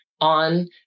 on